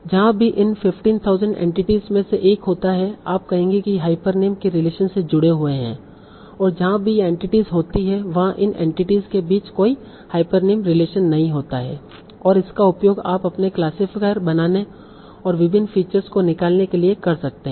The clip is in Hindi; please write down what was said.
जहाँ भी इन 15000 एंटिटीस में से एक होता है आप कहेंगे कि ये हाइपरनीम के रिलेशन से जुड़े हुए हैं और जहाँ भी ये एंटिटीस होती हैं वहाँ इन एंटिटीस के बीच कोई हाइपरनीम रिलेशन नहीं होता है और इसका उपयोग आप अपने क्लासिफायर बनाने और विभिन्न फीचर्स को निकालने के लिए कर सकते हैं